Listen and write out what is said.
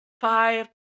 five